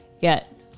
get